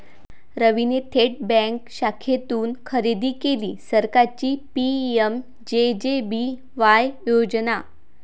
रवीने थेट बँक शाखेतून खरेदी केली सरकारची पी.एम.जे.जे.बी.वाय योजना